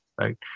right